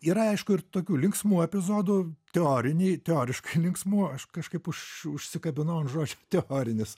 yra aišku ir tokių linksmų epizodų teorinėj teoriškai linksmų aš kažkaip už užsikabinau ant žodžio teorinis